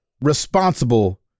responsible